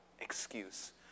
excuse